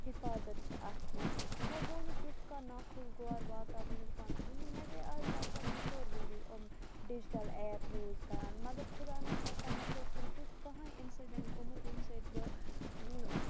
حِفاظت چھِ اَتھ منٛز مےٚ گوٚو نہٕ تیُتھ کانٛہہ ناخُشگوار واقعہ وٕنیُک تام کِہیٖنۍ مےٚ گٔے اَز لگ بگ زٕ ژور ؤری یِم ڈِجٹَل ایپ یوٗز کَران مگر خُدا ناخواستہ مےٚ سۭتۍ چھِنہٕ تیُتھ کٔہٕنۍ اِںسِڈٮ۪نٛٹ گوٚمُت ییٚمہِ سۭتۍ بہٕ